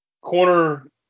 corner